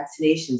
vaccinations